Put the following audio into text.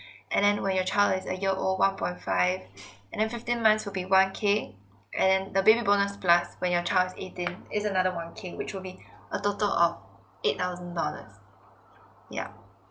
and then when your child is a year old one point five and then fifteen months to be one K and then the baby bonus plus when your child is eighteen is another one K which will be a total of eight thousand dollars yeah